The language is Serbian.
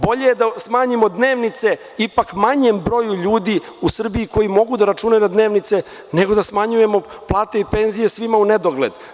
Bolje je da smanjimo dnevnice ipak manjem broju ljudi u Srbiji koji mogu da računaju na dnevnice, nego da smanjujemo plate i penzije svima u nedogled.